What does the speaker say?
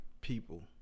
people